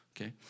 okay